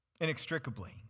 Inextricably